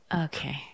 okay